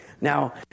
Now